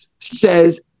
says